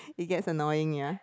it gets annoying ya